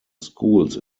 schools